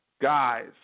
guys